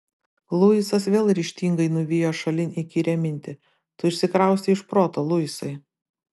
luisas vėl ryžtingai nuvijo šalin įkyrią mintį tu išsikraustei iš proto luisai